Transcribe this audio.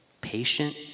patient